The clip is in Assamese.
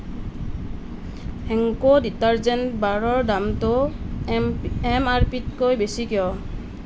হেংকো ডিটাৰজেন্ট বাৰৰ দামটো এম আৰ পি তকৈ বেছি কিয়